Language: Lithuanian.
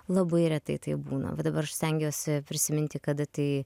labai retai taip būna va dabar aš stengiuosi prisiminti kada tai